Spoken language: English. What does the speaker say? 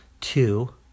two